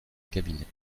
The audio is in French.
cabinet